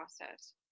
process